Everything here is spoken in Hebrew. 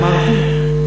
אמרתי,